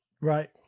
Right